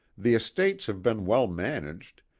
the estates have been well managed,